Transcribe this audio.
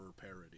parody